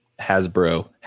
Hasbro